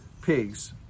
pigs